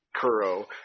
Kuro